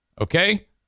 Okay